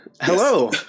Hello